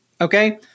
okay